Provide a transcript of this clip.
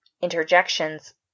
interjections